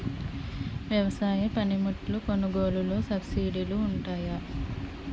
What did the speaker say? వ్యవసాయ పనిముట్లు కొనుగోలు లొ సబ్సిడీ లు వుంటాయా?